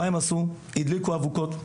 מה הם עשו, הדליקו אבוקות,